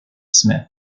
smith